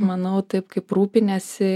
manau taip kaip rūpiniesi